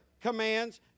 commands